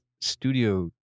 studio